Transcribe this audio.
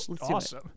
awesome